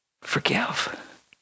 forgive